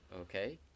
Okay